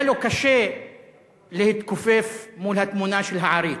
היה לו קשה להתכופף מול התמונה של העריץ.